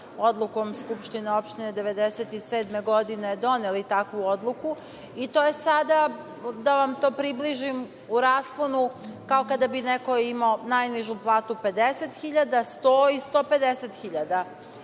odlukom SO 1997. godine doneli takvu odluku i to je sada, da vam to približim, u rasponu kao kada bi neko imao najnižu platu 50.000, 100.000 i 150.000.